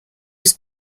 was